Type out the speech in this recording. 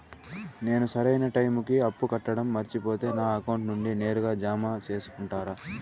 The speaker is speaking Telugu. నేను సరైన టైముకి అప్పు కట్టడం మర్చిపోతే నా అకౌంట్ నుండి నేరుగా జామ సేసుకుంటారా?